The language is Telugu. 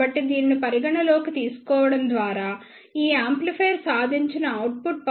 కాబట్టి దీనిని పరిగణనలోకి తీసుకోవడం ద్వారా ఈ యాంప్లిఫైయర్ సాధించిన అవుట్పుట్ పవర్ 44